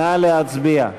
נא להצביע.